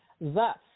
Thus